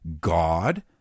God